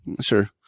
Sure